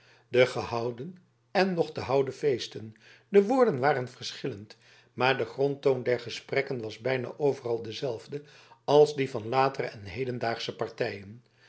de gehouden en nog te houden feesten de woorden waren verschillend maar de grondtoon der gesprekken was bijna overal dezelfde als die van latere en hedendaagsche partijen